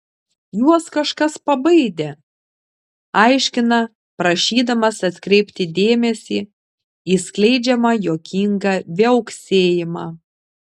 juos kažkas pabaidė aiškina prašydamas atkreipti dėmesį į skleidžiamą juokingą viauksėjimą